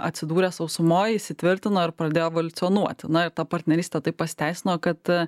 atsidūrę sausumoj įsitvirtino ir pradėjo evoliucionuoti na ir ta partnerystė taip pasiteisino kad